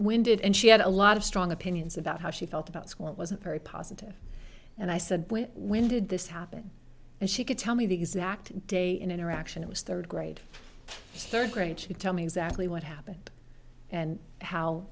when did and she had a lot of strong opinions about how she felt about school and wasn't very positive and i said when did this happen and she could tell me the exact day in interaction it was third grade third grade she tell me exactly what happened and how